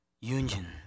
Union